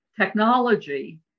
technology